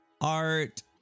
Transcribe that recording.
art